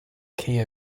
key